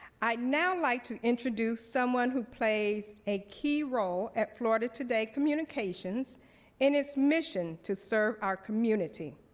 i now like to introduce someone who plays a key role at florida today communications in its mission to serve our community,